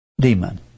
demon